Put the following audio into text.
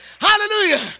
Hallelujah